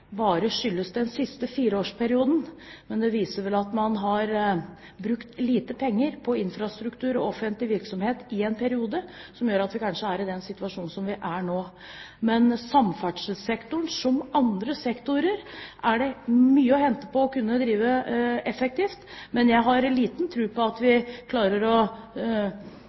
bare skyldes den siste fireårsperioden. Det viser vel at man har brukt lite penger på infrastruktur og offentlig virksomhet i en periode, og at det kanskje gjør at vi er i den situasjonen vi er i nå. På samferdselssektoren – som på alle andre sektorer – er det mye å hente på å drive effektivt, men jeg har liten tro på at vi klarer å